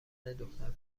دختر